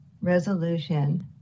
resolution